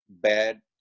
bad